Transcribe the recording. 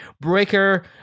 Breaker